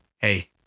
Hey